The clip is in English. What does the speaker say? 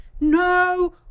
no